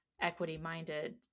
equity-minded